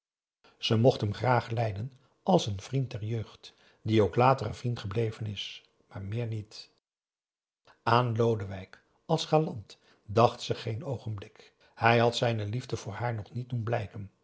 ze mocht hem graag lijden als een vriend der jeugd die ook later een vriend gebleven is maar meer niet aan lodewijk als galant dacht ze geen oogenblik hij had zijne liefde voor haar nog niet doen blijken